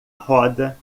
roda